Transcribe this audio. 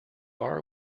are